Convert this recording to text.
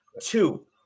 Two